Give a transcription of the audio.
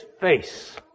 face